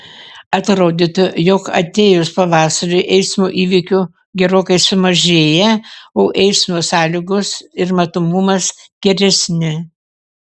atrodytų jog atėjus pavasariui eismo įvykių gerokai sumažėja o eismo sąlygos ir matomumas geresni